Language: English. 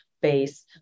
base